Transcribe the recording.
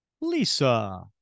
Lisa